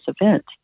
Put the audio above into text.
event